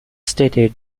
stated